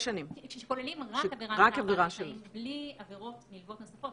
שכוללים רק עבירה בצער בעלי חיים בלי עבירות נלוות נוספות,